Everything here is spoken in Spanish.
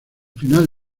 final